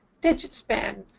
digit span,